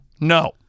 No